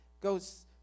goes